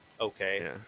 Okay